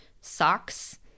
socks